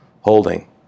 holding